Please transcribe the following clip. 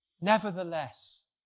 Nevertheless